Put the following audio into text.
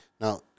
Now